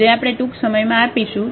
જે આપણે ટૂંક સમયમાં આપીશું